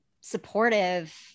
supportive